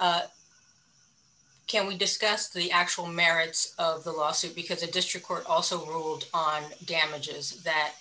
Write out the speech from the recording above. kyra can we discuss the actual merits of the lawsuit because the district court also ruled on damages that